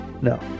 No